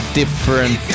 different